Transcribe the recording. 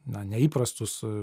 na neįprastus